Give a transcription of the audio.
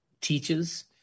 teaches